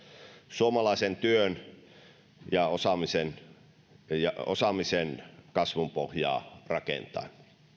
suomalaisen työn ja osaamisen ja osaamisen kasvun pohjaa rakentaen